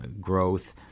Growth